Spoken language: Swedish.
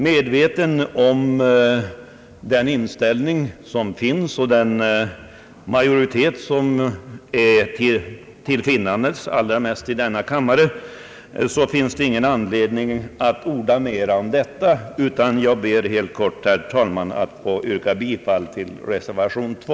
Medveten om den inställning som råder och den majoritet som är tillfinnandes — allra mest i denna kammare — har jag ingen anledning att orda mer om detta utan ber helt kort, herr talman, att få yrka bifall till reservation IL;